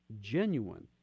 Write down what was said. genuine